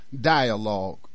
dialogue